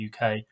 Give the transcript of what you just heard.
UK